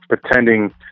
pretending